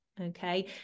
Okay